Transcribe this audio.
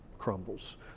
Crumbles